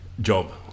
job